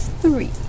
Three